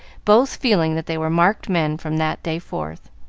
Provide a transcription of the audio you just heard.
both feeling that they were marked men from that day forth.